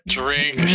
drink